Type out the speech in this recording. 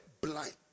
blind